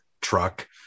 truck